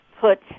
put